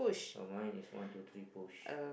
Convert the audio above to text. oh mine is one two three push